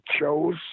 chose